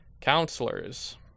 counselors